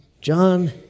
John